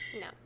No